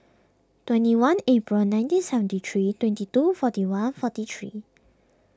twenty one April nineteen seventy three twenty two forty one forty three